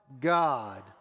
God